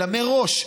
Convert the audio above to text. אלא מראש,